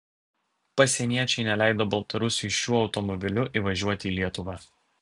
pasieniečiai neleido baltarusiui šiuo automobiliu įvažiuoti į lietuvą